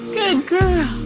good girl.